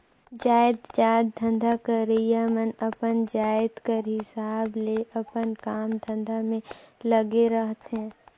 जाएतजात धंधा करइया मन अपन जाएत कर हिसाब ले अपन काम धंधा में लगे रहथें